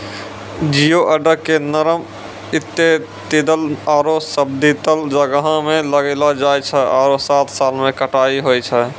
geoduck के नरम intertidal आरो सब्तिदल जग्हो में लगैलो जाय छै आरो सात साल में कटाई होय छै